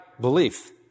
belief